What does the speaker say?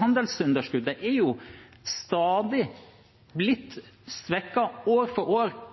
Handelsunderskuddet er blitt svekket år for år.